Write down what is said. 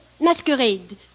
masquerade